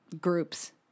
groups